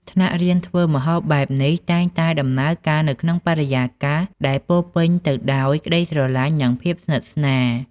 ថ្នាក់រៀនធ្វើម្ហូបបែបនេះតែងតែដំណើរការនៅក្នុងបរិយាកាសដែលពោរពេញទៅដោយក្តីស្រឡាញ់និងភាពស្និទ្ធស្នាល។